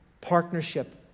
partnership